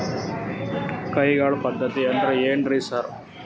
ಕೈಗಾಳ್ ಪದ್ಧತಿ ಅಂದ್ರ್ ಏನ್ರಿ ಸರ್?